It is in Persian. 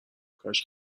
کاش